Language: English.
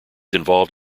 involved